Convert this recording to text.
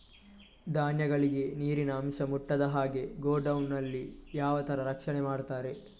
ಧಾನ್ಯಗಳಿಗೆ ನೀರಿನ ಅಂಶ ಮುಟ್ಟದ ಹಾಗೆ ಗೋಡೌನ್ ನಲ್ಲಿ ಯಾವ ತರ ರಕ್ಷಣೆ ಮಾಡ್ತಾರೆ?